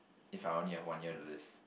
if I only had one year to live